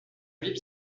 ville